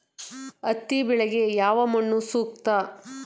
ಹತ್ತಿ ಬೆಳೆಗೆ ಯಾವ ಮಣ್ಣು ಸೂಕ್ತ?